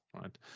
right